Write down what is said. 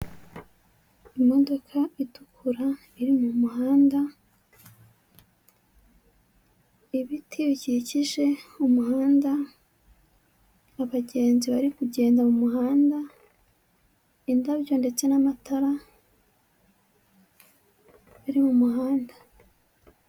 Imodoka itukura iri mu muhanda, ibiti bikikije umuhanda, abagenzi bari kugenda mu muhanda, indabyo ndetse n'amatara biri mu muhanda.